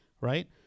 right